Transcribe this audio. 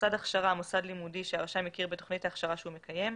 "מוסד הכשרה" מוסד לימודי שהרשם הכיר בתוכנית ההכשרה שהוא מקיים,